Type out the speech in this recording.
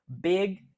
big